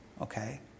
okay